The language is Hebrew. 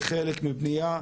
זה חלק מבניה,